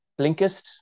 Blinkist